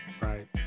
right